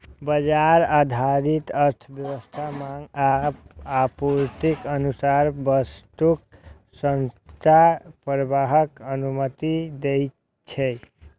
बाजार आधारित अर्थव्यवस्था मांग आ आपूर्तिक अनुसार वस्तुक स्वतंत्र प्रवाहक अनुमति दै छै